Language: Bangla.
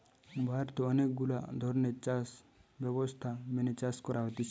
ভারতে অনেক গুলা ধরণের চাষ ব্যবস্থা মেনে চাষ করা হতিছে